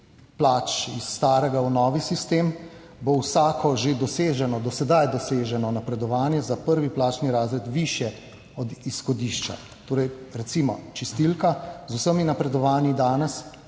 plač iz starega v novi sistem bo vsako že doseženo, do sedaj doseženo napredovanje za prvi plačni razred višje od izhodišča. Torej recimo čistilka z vsemi napredovanji danes,